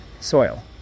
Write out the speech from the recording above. soil